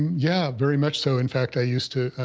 yeah, very much so. in fact, i used to,